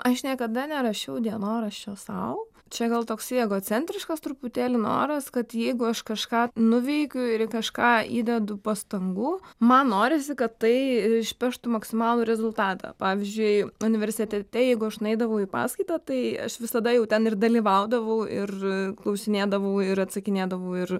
aš niekada nerašiau dienoraščio sau čia gal toksai egocentriškas truputėlį noras kad jeigu aš kažką nuveikiu ir kažką įdedu pastangų man norisi kad tai išpeštų maksimalų rezultatą pavyzdžiui universitete jeigu aš nueidavau į paskaitą tai aš visada jau ten ir dalyvaudavau ir klausinėdavau ir atsakinėdavau ir